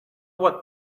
what